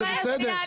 זה בסדר.